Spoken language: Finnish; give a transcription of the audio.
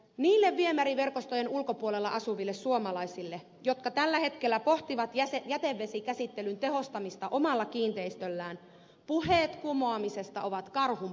niille viemäriverkostojen ulkopuolella asuville suomalaisille jotka tällä hetkellä pohtivat jätevesikäsittelyn tehostamista omalla kiinteistöllään puheet kumoamisesta ovat karhunpalvelus